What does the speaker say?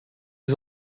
was